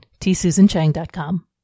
tsusanchang.com